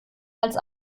als